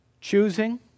Choosing